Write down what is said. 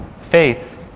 Faith